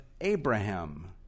Abraham